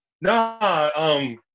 no